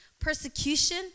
persecution